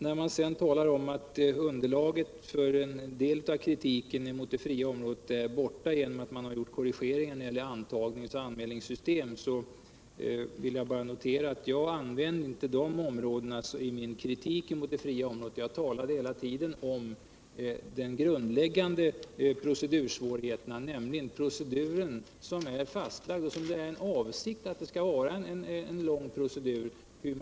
När man sedan säger att underlaget för en del av kritiken mot det fria området bortfaller, därför att det gjorts korrigeringar när det gäller antagnings och anmälningssystem, vill jag notera att jag inte syftade på dessa områden i min kritik mot det fria området. Jag talade hela tiden om den grundläggande procedursvårigheten, nämligen den fastställda ordningen som är avsedd att vara en lång procedur.